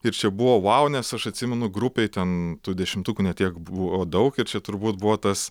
ir čia buvo vau nes aš atsimenu grupėj ten tų dešimtukų ne tiek buvo daug ir čia turbūt buvo tas